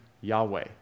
Yahweh